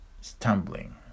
stumbling